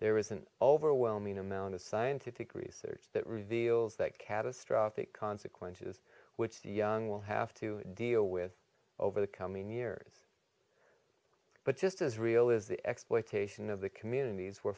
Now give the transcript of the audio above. there is an overwhelming amount of scientific research that reveals that catastrophic consequences which the young will have to deal with over the coming years but just as real is the exploitation of the communities where